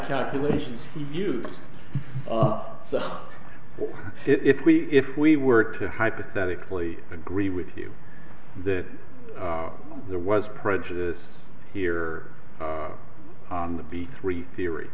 calculations used so if we if we were to hypothetically agree with you that there was prejudice here on the beat three theory